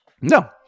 No